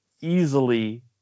easily